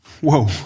Whoa